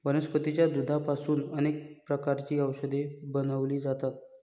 वनस्पतीच्या दुधापासून अनेक प्रकारची औषधे बनवली जातात